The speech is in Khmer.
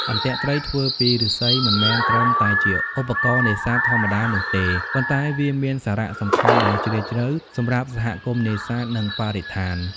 អន្ទាក់ត្រីធ្វើពីឫស្សីមិនមែនត្រឹមតែជាឧបករណ៍នេសាទធម្មតានោះទេ ប៉ុន្តែវាមានសារៈសំខាន់ដ៏ជ្រាលជ្រៅសម្រាប់សហគមន៍នេសាទ និងបរិស្ថាន។